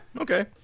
okay